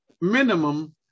minimum